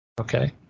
Okay